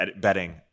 betting